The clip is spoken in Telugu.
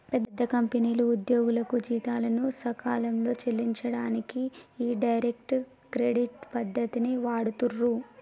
పెద్ద కంపెనీలు ఉద్యోగులకు జీతాలను సకాలంలో చెల్లించనీకి ఈ డైరెక్ట్ క్రెడిట్ పద్ధతిని వాడుతుర్రు